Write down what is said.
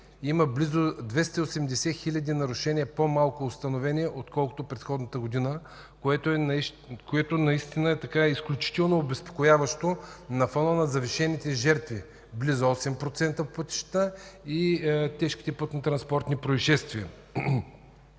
близо 280 хиляди нарушения по-малко, отколкото предходната година, което е изключително обезпокояващо на фона на завишените жертви – близо 8% по пътищата и тежките пътнотранспортни произшествия.